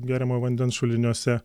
geriamojo vandens šuliniuose